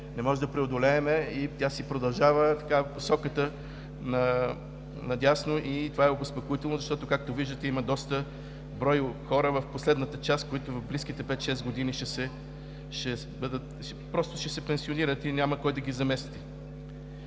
не можем да преодолеем. Тя си продължава посоката надясно и това е обезпокоително, защото, както виждате, има доста на брой хора в последната част, които в близките пет-шест години ще се пенсионират и няма кой да ги замести.